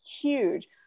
Huge